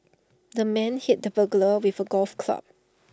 the man hit the burglar with A golf club